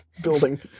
building